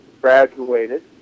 graduated